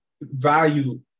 value